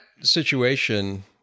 situation